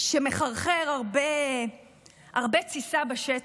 שמחרחר הרבה תסיסה בשטח.